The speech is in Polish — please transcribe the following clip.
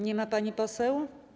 Nie ma pani poseł.